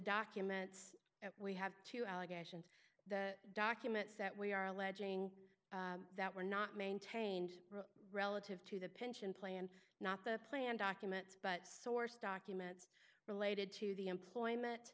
documents we have to allegations the documents that we are alleging that were not maintained relative to the pension plan not the plan documents but source documents related to the employment